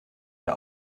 der